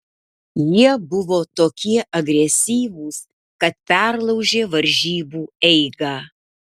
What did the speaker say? jie buvo tokie agresyvūs kad perlaužė varžybų eigą